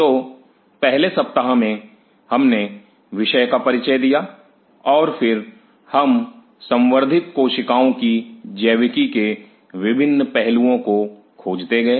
तो पहले सप्ताह में हमने विषय का परिचय दिया और फिर हम संवर्धित कोशिकाओं की जैविकी के विभिन्न पहलुओं को खोजते गए